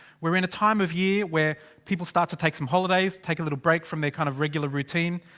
we're in a time of year, where people start to take some holidays. take a little break from their kind of regular routine.